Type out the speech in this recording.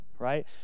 right